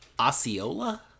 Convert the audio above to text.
Osceola